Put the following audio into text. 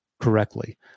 correctly